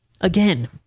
again